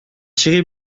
thierry